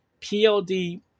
PLD